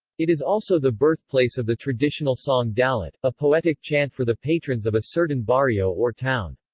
it is also the birthplace of the traditional song dalit, a poetic chant for the patrons of a certain barrio or town.